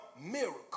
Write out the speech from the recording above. miracle